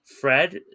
Fred